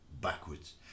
backwards